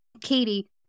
Katie